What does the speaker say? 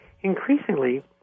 increasingly